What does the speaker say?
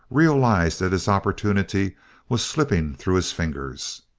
realized that his opportunity was slipping through his fingers.